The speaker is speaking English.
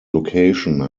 location